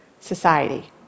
society